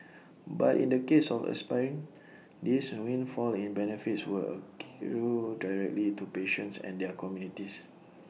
but in the case of aspirin this windfall in benefits will accrue directly to patients and their communities